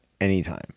anytime